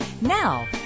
Now